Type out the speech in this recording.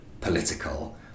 political